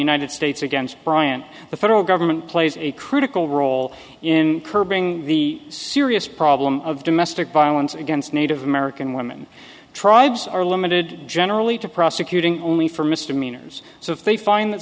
united states against bryant the federal government plays a critical role in curbing the serious problem of domestic violence against native american women tribes are limited generally to prosecuting only for mr minors so if they find that